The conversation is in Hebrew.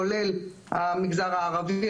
כולל המגזר הערבי,